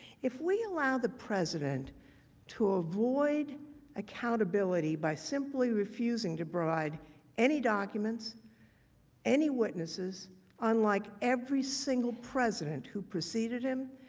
if we allow the president to avoid accountability by simply refusing to provide any documents or any witnesses unlike every single president who preceded him,